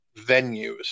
venues